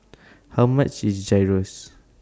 How much IS Gyros